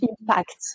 impact